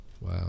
Wow